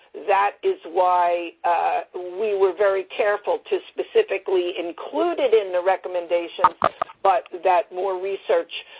that is why we were very careful to specifically include it in the recommendations, but that more research,